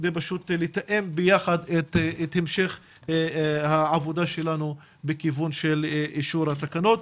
כדי פשוט לתאם ביחד את המשך העבודה שלנו בכיוון של אישור התקנות.